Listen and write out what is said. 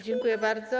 Dziękuję bardzo.